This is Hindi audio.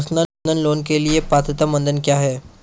पर्सनल लोंन के लिए पात्रता मानदंड क्या हैं?